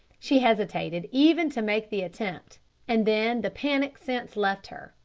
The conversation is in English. she hesitated even to make the attempt and then the panic sense left her,